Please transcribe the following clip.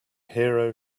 hero